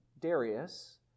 Darius